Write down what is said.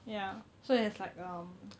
ya so there's like um